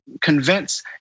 convince